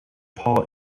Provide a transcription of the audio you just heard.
paul